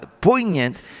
poignant